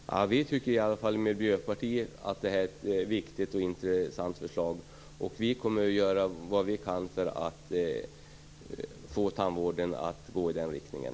Herr talman! Vi tycker i alla fall i Miljöpartiet att det här är ett viktigt och intressant förslag, och vi kommer att göra vad vi kan för att få tandvården att gå i den riktningen.